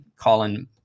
Colin